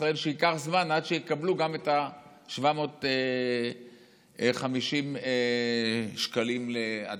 שייקח זמן עד שיקבלו גם את ה-750 שקלים לאדם.